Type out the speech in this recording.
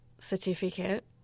certificate